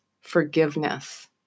Forgiveness